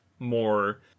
more